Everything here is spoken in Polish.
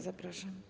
Zapraszam.